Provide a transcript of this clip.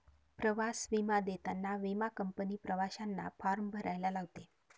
प्रवास विमा देताना विमा कंपनी प्रवाशांना फॉर्म भरायला लावते